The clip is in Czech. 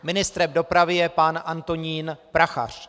Ministrem dopravy je pan Antonín Prachař.